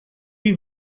you